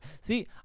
See